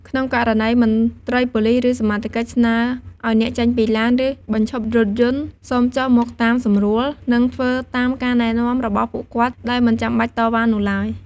ក្នុងករណីមន្ត្រីប៉ូលិស ឬសមត្ថកិច្ច ស្នើឲ្យអ្នកចេញពីឡាន ឬបញ្ឈប់រថយន្ត សូមចុះមកតាមសម្រួល និងធ្វើតាមការណែនាំរបស់ពួកគាត់ដោយមិនចាំបាច់តវ៉ានោះឡើយ។